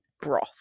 broth